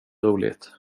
roligt